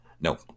No